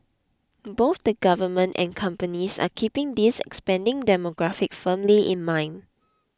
both the government and companies are keeping this expanding demographic firmly in mind